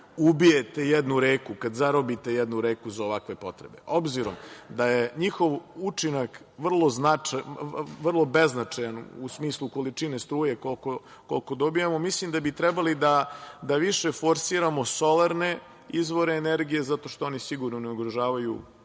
ubijete jednu reku, kad zarobite jednu reku za ovakve potrebe. Obzirom da je njihov učinak vrlo beznačajan u smislu količine struje koliko dobijamo, mislim da bi trebali više forsiramo solarne izvore energije zato što sigurno ne ugrožavaju